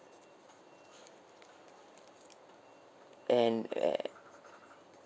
and err